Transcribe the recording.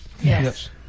Yes